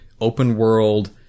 open-world